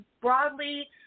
broadly